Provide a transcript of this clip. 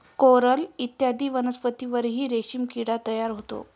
coral इत्यादी वनस्पतींवरही रेशीम किडा तयार होतो